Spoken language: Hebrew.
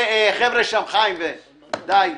חבר'ה שם, חיים, די.